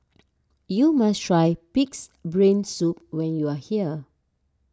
you must try Pig's Brain Soup when you are here